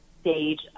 stage